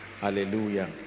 hallelujah